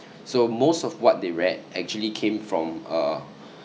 so most of what they read actually came from uh